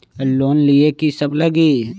Loan लिए की सब लगी?